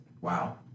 Wow